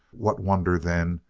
what wonder, then,